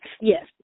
Yes